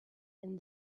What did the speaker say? and